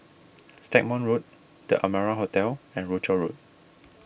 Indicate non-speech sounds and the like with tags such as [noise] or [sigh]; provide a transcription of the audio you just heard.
[noise] Stagmont Road the Amara Hotel and Rochor Road